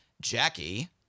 Jackie